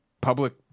public